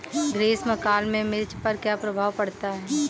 ग्रीष्म काल में मिर्च पर क्या प्रभाव पड़ता है?